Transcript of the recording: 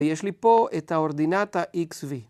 ויש לי פה את האורדינטה XV.